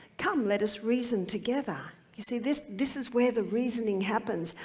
come let us reason together. you see, this this is where the reasoning happens.